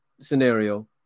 scenario